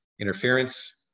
interference